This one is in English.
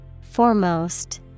Foremost